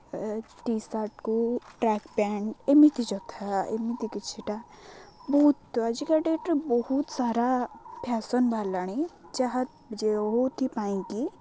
ଟିସାର୍ଟ୍କୁ track pant ଏମିତି ଯଥା ଏମିତି କିଛିଟା ବହୁତ ଆଜିକା ଡେଟ୍ରେ ବହୁତ ସାରା ଫ୍ୟାସନ୍ ବାହାରିଲଣି ଯାହା ଯେଉଁଥିପାଇଁକି